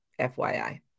FYI